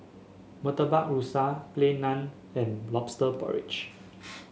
Murtabak Rusa Plain Naan and lobster porridge